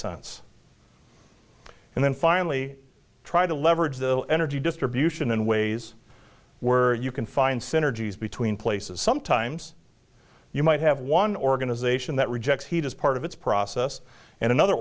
sense and then finally try to leverage the energy distribution in ways where you can find synergies between places sometimes you might have one organization that rejects heat as part of its process and another